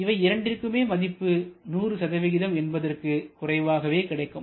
இவை இரண்டிற்குமே மதிப்பு 100 என்பதற்கு குறைவாகவே கிடைக்கும்